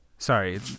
Sorry